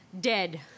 dead